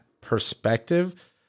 perspective